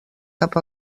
cap